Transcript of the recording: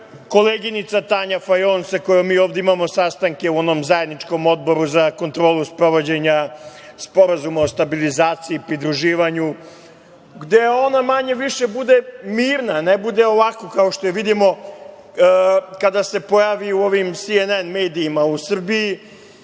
koleginica Tanja Fajon sa kojom mi ovde imamo sastanke u onom zajedničkom Odboru za kontrolu sprovođenja Sporazuma o stabilizaciji i pridruživanju, gde ona manje više bude mirna, ne bude ovako kao što je vidimo kada se pojavi u ovim SNN medijima u Srbiji,